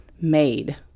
made